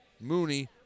Mooney